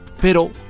Pero